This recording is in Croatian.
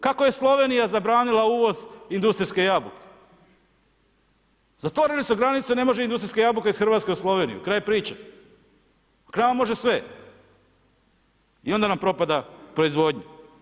Kako je Slovenija zabranila uvoz industrijske jabuke, zatvorili su granice i ne može industrijske jabuke iz Hrvatske u Sloveniju, kraj priče. … može sve i onda nam propada proizvodnja.